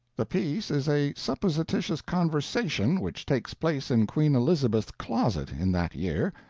the piece is a supposititious conversation which takes place in queen elizabeth's closet in that year,